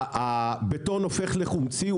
הבטון הופך לחומצי,